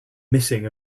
missing